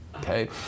okay